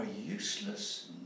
useless